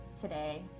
today